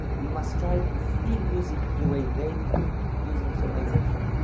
we must try and feel music the way they did using solmization.